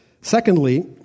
Secondly